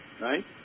right